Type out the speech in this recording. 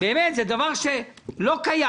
זה באמת דבר שלא קיים.